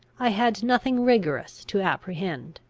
i had nothing rigorous to apprehend.